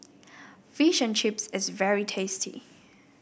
Fish and Chips is very tasty